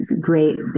great